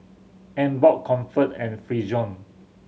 Emborg Comfort and Frixion